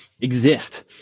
exist